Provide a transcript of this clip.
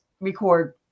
record